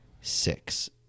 six